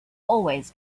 always